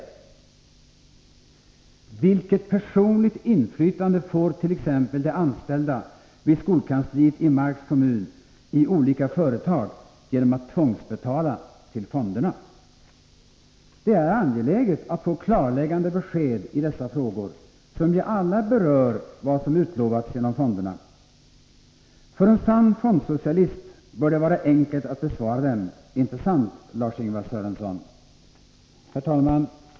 Vilket personligt inflytande får t.ex. de anställda vid skolkansliet i Marks kommun i olika företag genom att tvångsbetala till fonderna? Det är angeläget att få klarläggande besked i dessa frågor, som ju alla berör vad som utlovats genom fonderna. För en sann fondsocialist bör det vara enkelt att besvara dem. Inte sant, Lars-Ingvar Sörenson? Herr talman!